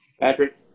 Patrick